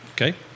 Okay